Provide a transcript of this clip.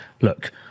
look